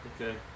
Okay